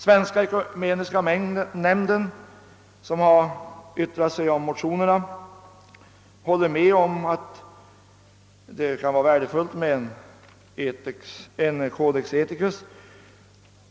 Svenska ekumeniska nämnden, som har yttrat sig över motionerna, håller med om att det kan vara värdefullt med en codex ethicus.